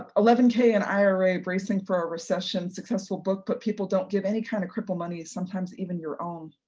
ah eleven k in ira, bracing for a recession, successful book but people don't give any kind of cripple money, sometimes even your own.